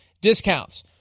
discounts